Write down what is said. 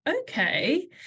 Okay